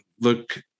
look